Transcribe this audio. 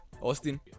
Austin